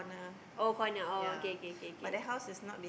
oh condo oh okay okay okay